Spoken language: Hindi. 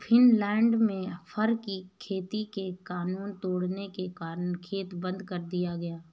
फिनलैंड में फर की खेती के कानून तोड़ने के कारण खेत बंद कर दिया गया